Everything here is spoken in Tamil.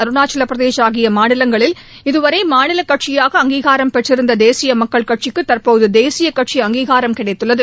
அருணாச்சல பிரதேஷ் ஆகிய மாநிலங்களில் இதுவரை மாநில கட்சியாக அங்கீகாரம் பெற்றிருந்த தேசிய மக்கள் கட்சிக்கு தற்போது தேசிய கட்சி அங்கீகாரம் கிடைத்துள்ளது